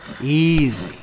Easy